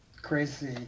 crazy